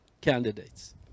candidates